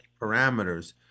parameters